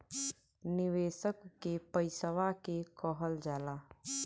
निवेशक के पइसवा के कहल जाला